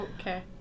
okay